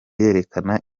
yerekana